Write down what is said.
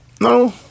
No